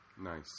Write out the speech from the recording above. Nice